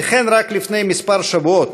וכן רק לפני כמה שבועות,